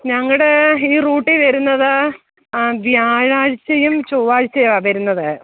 ഞങ്ങളുടെ ഈ റൂട്ടിൽ വരുന്നത് വ്യാഴാഴ്ച്ചയും ചൊവ്വാഴ്ചയുമാണ് വരുന്നത്